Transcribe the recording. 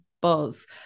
buzz